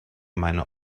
meine